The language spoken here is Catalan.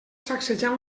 sacsejant